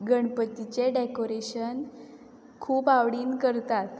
गणपतीचे डेकोरेशन खूब आवडीन करतात